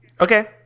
Okay